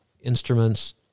instruments